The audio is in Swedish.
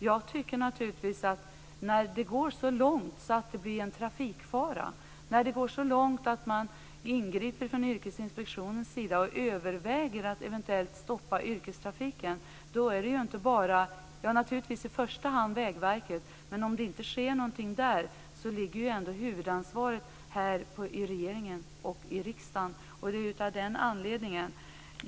Jag tycker naturligtvis att när det går så långt att det blir en trafikfara, att man ingriper från Yrkesinspektionens sida och överväger att eventuellt stoppa yrkestrafiken, är det i första hand Vägverkets ansvar. Men om det inte sker någonting där ligger huvudansvaret i regeringen och här i riksdagen.